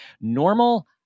normal